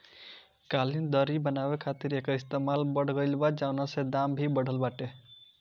कालीन, दर्री बनावे खातिर एकर इस्तेमाल बढ़ गइल बा, जवना से दाम भी बढ़ल बाटे